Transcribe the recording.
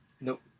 nope